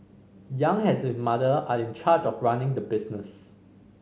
Yang has his mother are in charge of running the business